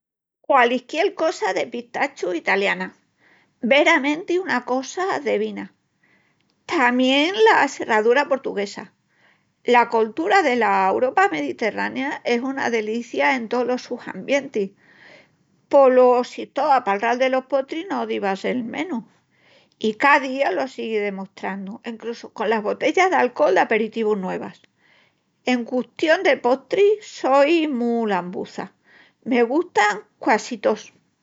Qualisquiel cosa de pistachus italiana, veramenti una cosa devina. Tamién la serradura purtuguesa. La coltura dela Europa mediterrania es una delicia en tolos sus ambientis polo si esto a palral delos postris no diva a sel menus. I a ca día lo sigui demostrandu encrussu conas botellas d'alcol aperitivu nuevas. En custión de postris soi mu lambuza, me gustan quasi tós.